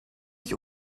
ich